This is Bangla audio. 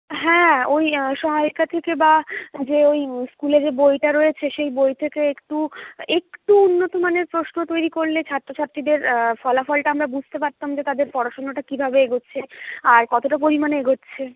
হ্যাঁ ওই সহায়িকা থেকে বা যে ওই স্কুলে যে বইটা রয়েছে সেই বই থেকে একটু একটু উন্নতমানের প্রশ্ন তৈরি করলে ছাত্রছাত্রীদের ফলাফলটা আমরা বুঝতে পারতাম যে তাদের পড়াশুনোটা কিভাবে এগোচ্ছে আর কতটা পরিমাণে এগোচ্ছে